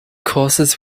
courses